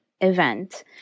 event